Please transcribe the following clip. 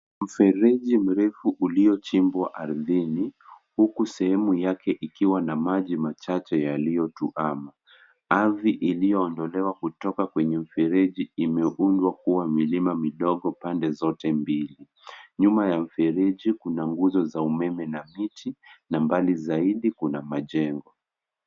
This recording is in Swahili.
Mfereji mrefu uliochimbwa ardhini huku sehemu yake ikiwa na maji machache yaliyotuama. Ardhi iliyoondolewa kutoka kwenye mfereji imeundwa kuwa milima midogo pande zote mbili. Nyuma ya mfereji kuna nguzo za umeme na miti na mbali zaidi kuna majengo.